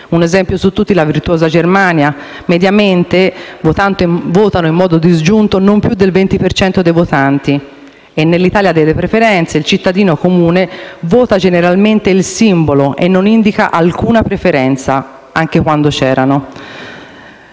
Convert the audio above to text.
Un esempio su tutti è la virtuosa Germania, in cui, mediamente, vota in modo disgiunto non più del 20 per cento dei votanti. Nell'Italia delle preferenze, il cittadino comune vota generalmente il simbolo, senza indicare alcuna preferenza, anche quando era